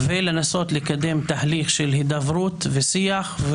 -- ולנסות לקדם תהליך של הידברות ושיח,